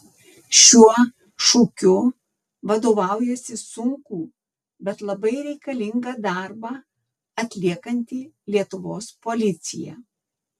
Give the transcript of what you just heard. šiuo šūkiu vadovaujasi sunkų bet labai reikalingą darbą atliekanti lietuvos policija